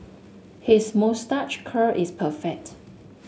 his moustache curl is perfect